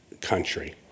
country